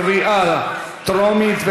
קריאה טרומית,